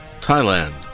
Thailand